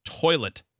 toilet